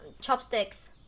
Chopsticks